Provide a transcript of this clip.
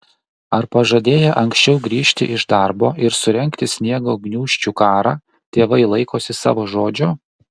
ar pažadėję anksčiau grįžti iš darbo ir surengti sniego gniūžčių karą tėvai laikosi savo žodžio